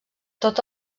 tot